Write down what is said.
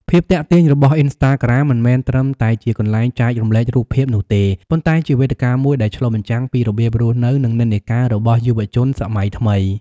ភាពទាក់ទាញរបស់ អុីនស្តាក្រាម មិនមែនត្រឹមតែជាកន្លែងចែករំលែករូបភាពនោះទេ ប៉ុន្តែជាវេទិកាមួយដែលឆ្លុះបញ្ចាំងពីរបៀបរស់នៅ និងនិន្នាការរបស់យុវជនសម័យថ្មី។